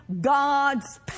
God's